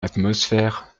atmosphère